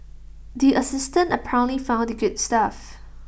the assistant apparently found the good stuff